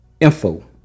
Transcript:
Info